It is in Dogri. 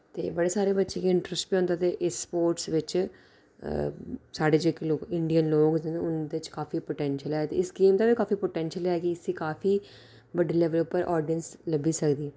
ते बड़े सारे बच्चें च इंट्रस्ट बी होंदा इस स्पोर्टस बिच्च अ साढ़े जेह्के लोक इंडियन लोक उंदे च काफी पोटैंशियल ऐ इस गेम दा बी काफी पोटैंशियल ऐ कि इसी काफी बड्डे लेबल पर आडियंस लब्भी सकदी